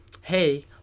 hey